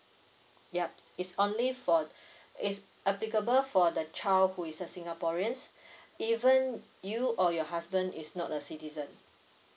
yup it's only for it's applicable for the child who is a singaporeans even you you or your husband is not a citizen